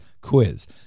quiz